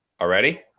Already